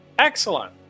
Excellent